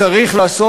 והוא זה שצריך להחליט